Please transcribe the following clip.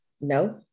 no